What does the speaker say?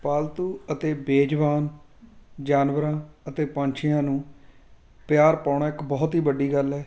ਪਾਲਤੂ ਅਤੇ ਬੇਜਵਾਨ ਜਾਨਵਰਾਂ ਅਤੇ ਪੰਛੀਆਂ ਨੂੰ ਪਿਆਰ ਪਾਉਣਾ ਇੱਕ ਬਹੁਤ ਹੀ ਵੱਡੀ ਗੱਲ ਹੈ